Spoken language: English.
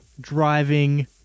driving